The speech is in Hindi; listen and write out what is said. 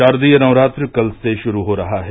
शारदीय नवरात्र कल से शुरू हो रहा है